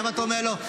למה אתה אומר לא?